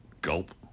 gulp